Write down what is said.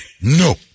No